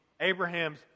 Abraham's